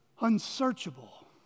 unsearchable